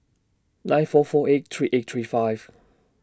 nine four four eight three eight three five